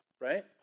Right